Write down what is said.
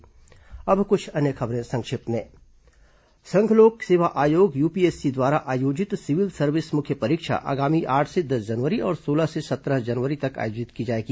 संक्षिप्त समाचार अब कुछ अन्य खबरें संक्षिप्त में संघ लोक सेवा आयोग यूपीएससी द्वारा आयोजित सिविल सर्विस मुख्य परीक्षा आगामी आठ से दस जनवरी और सोलह से सत्रह जनवरी तक आयोजित की जाएगी